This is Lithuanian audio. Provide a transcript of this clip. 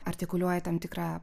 artikuliuoja tam tikrą